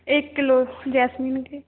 एक किलो जेसमीन के